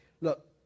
look